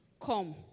Come